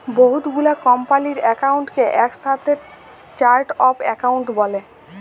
বহু গুলা কম্পালির একাউন্টকে একসাথে চার্ট অফ একাউন্ট ব্যলে